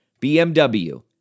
BMW